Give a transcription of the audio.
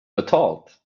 betalt